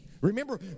Remember